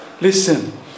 listen